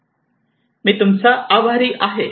धन्यवाद मी तूमचा आभारी आहे